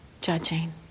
judging